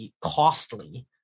costly